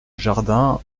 jardin